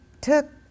took